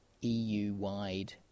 EU-wide